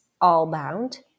Allbound